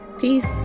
Peace